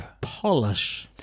polish